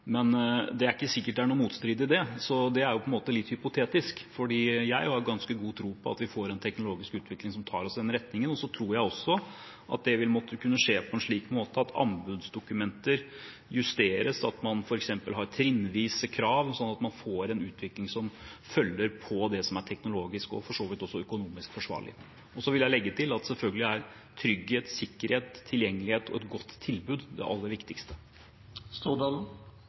Men det er ikke sikkert det er noen motstrid i det, så det er på en måte litt hypotetisk. Jeg har ganske god tro på at vi får en teknologisk utvikling som tar oss i den retningen, og jeg tror også at det må skje på en slik måte at anbudsdokumenter justeres, at man f.eks. har trinnvise krav, sånn at man får en utvikling som følger det som er teknologisk, og for så vidt også økonomisk forsvarlig. Og jeg vil legge til at selvfølgelig er trygghet, sikkerhet, tilgjengelighet og et godt tilbud det aller